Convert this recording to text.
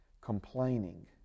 complaining